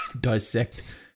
dissect